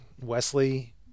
Wesley